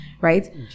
right